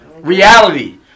Reality